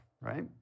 right